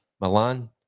Milan